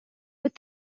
but